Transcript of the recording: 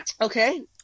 Okay